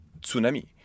tsunami